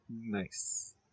Nice